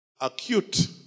acute